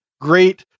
great